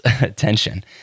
attention